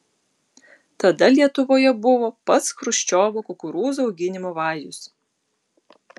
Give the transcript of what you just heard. tada lietuvoje buvo pats chruščiovo kukurūzų auginimo vajus